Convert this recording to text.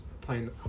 playing